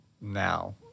now